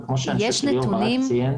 כמו שליאור ברק ציין.